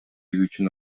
үчүн